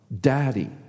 Daddy